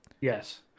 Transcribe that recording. yes